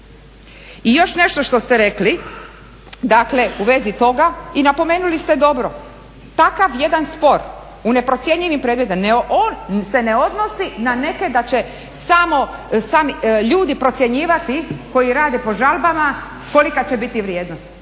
I još nešto što ste rekli, dakle u vezi toga i napomenuli ste dobro. Takav jedan spor u neprocjenjivim predmetima, on se ne odnosi na neke da će sami ljudi procjenjivati koji rade po žalbama kolika će biti vrijednost.